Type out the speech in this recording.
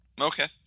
Okay